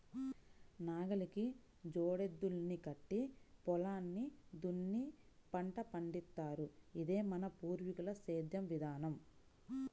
నాగలికి జోడెద్దుల్ని కట్టి పొలాన్ని దున్ని పంట పండిత్తారు, ఇదే మన పూర్వీకుల సేద్దెం విధానం